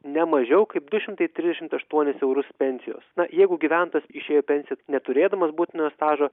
ne mažiau kaip du šimtai trisdešimt aštuonis eurus pensijos na jeigu gyventojas išėjo į pensiją neturėdamas būtinojo stažo